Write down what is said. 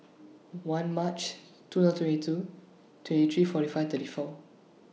one March two thousand twenty two twenty three forty five thirty four